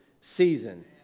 season